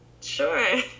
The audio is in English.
Sure